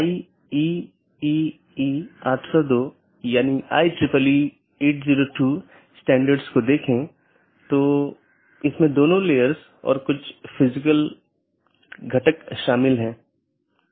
तो इस ईजीपी या बाहरी गेटवे प्रोटोकॉल के लिए लोकप्रिय प्रोटोकॉल सीमा गेटवे प्रोटोकॉल या BGP है